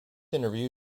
interview